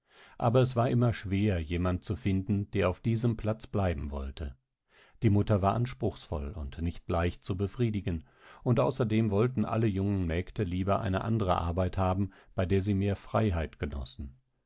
aber es war immer schwer jemand zu finden der auf diesem platz bleiben wollte die mutter war anspruchsvoll und nicht leicht zu befriedigen und außerdem wollten alle jungen mägde lieber eine andre arbeit haben bei der sie mehr freiheit genossen